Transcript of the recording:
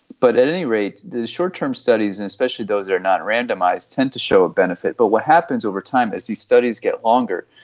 but at any rate, the short-term studies and especially those that are not randomised, tend to show a benefit. but what happens over time is when the studies get longer,